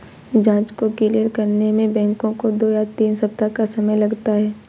जाँच को क्लियर करने में बैंकों को दो या तीन सप्ताह का समय लगता है